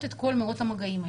זיהוי כל מאות המגעים האלה,